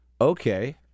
okay